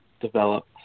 develop